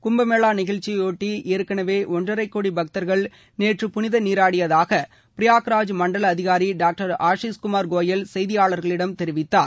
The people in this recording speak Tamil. குப்பமேளா நிகழ்ச்சியைபொட்டி ஏற்களவே ஒன்றரைக்கோடி பக்தர்கள் நேற்று புனித நீராடியதாக பிராயாக்ராஜ் மண்டல அதிகார் டாக்டர் ஆஷிஷ் குமார் கோயல் செய்தியாளர்களிடம் தெரிவித்தள்ளார்